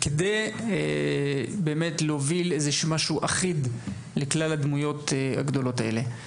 כדי באמת להוביל איזשהו משהו אחיד לכלל הדמויות הגדולות האלה.